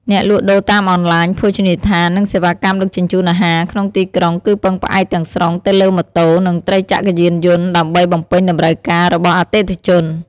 អ្នកលក់ដូរតាមអនឡាញ ភោជនីយដ្ឋាន និងសេវាកម្មដឹកជញ្ជូនអាហារក្នុងទីក្រុងគឺពឹងផ្អែកទាំងស្រុងទៅលើម៉ូតូនិងត្រីចក្រយានយន្តដើម្បីបំពេញតម្រូវការរបស់អតិថិជន។